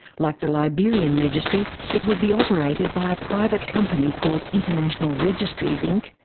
like the liberian registry, it would be operated by a private company called international registries inc,